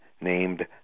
named